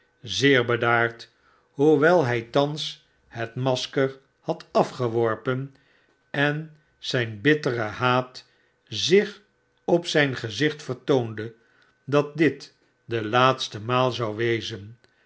zeer bedaard hoewel hij thans het masker had afgeworpen en zijn bittere haat zich op zijn gezicht vertoonde dat cut de laatste maal zou wezen